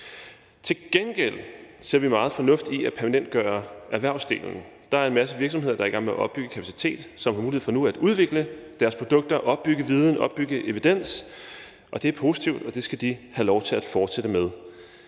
Til gengæld ser vi meget fornuft i at permanentgøre erhvervsdelen. Der er en masse virksomheder, der er i gang med at opbygge kapacitet, som har mulighed for nu at udvikle deres produkter, opbygge viden, opbygge evidens, og det er positivt, og det skal de have lov til at fortsætte med.